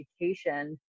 education